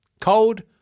Cold